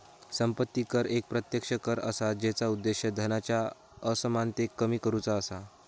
संपत्ती कर एक प्रत्यक्ष कर असा जेचा उद्देश धनाच्या असमानतेक कमी करुचा असा